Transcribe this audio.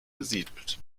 besiedelt